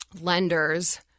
lenders